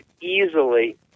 easily